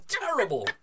terrible